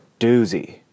doozy